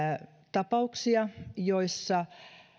tapauksia joissa